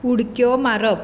उडक्यो मारप